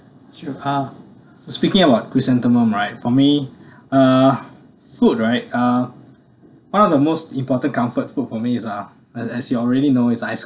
actually uh speaking about chrysanthemum right for me uh food right uh one of the most important comfort food for me is uh as as you already know it's ice